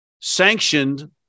sanctioned